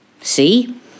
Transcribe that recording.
See